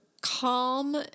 calm